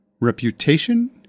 Reputation